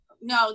no